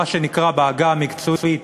מה שנקרא בעגה המקצועית